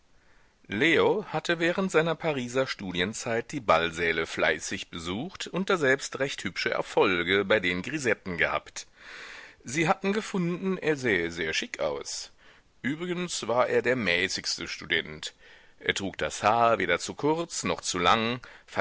leo hatte während seiner pariser studienzeit die ballsäle fleißig besucht und daselbst recht hübsche erfolge bei den grisetten gehabt sie hatten gefunden er sähe sehr schick aus übrigens war er der mäßigste student er trug das haar weder zu kurz noch zu lang